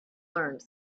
learned